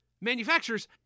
manufacturers